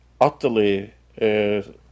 utterly